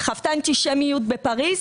חוותה אנטישמיות בפריז.